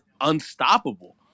unstoppable